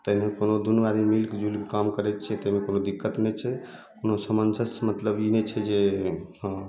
ताहिमे कोनो दुन्नू आदमी मिलजुलके काम करैत छियै ताहिमे कोनो दिक्कत नहि छै अपनो सामंजस्य मतलब ई नहि छै जे